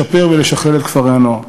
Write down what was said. לשפר ולשכלל את כפרי-הנוער.